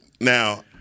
Now